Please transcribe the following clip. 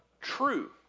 true